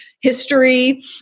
history